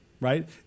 right